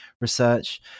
research